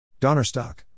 Donnerstock